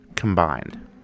Combined